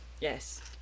Yes